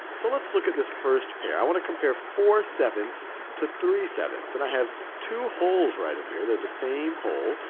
so let's look at this first pair. i want to compare four seven to three seven. and i have two wholes right over here. they're the same hole,